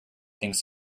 thinks